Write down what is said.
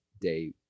day